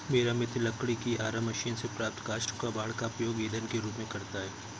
मेरा मित्र लकड़ी की आरा मशीन से प्राप्त काष्ठ कबाड़ का उपयोग ईंधन के रूप में करता है